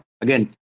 again